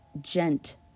gent